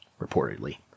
reportedly